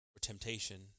temptation